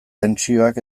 tentsioak